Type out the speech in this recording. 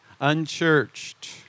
unchurched